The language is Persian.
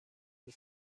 بود